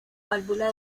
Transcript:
válvula